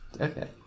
okay